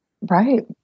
right